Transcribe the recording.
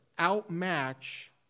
outmatch